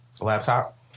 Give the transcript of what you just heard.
laptop